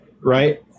right